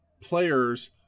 players